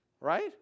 right